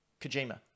Kojima